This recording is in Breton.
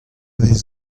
vez